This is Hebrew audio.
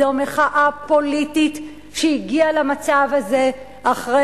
זו מחאה פוליטית שהגיעה למצב הזה אחרי